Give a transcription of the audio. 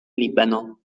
libano